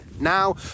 Now